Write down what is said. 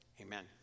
amen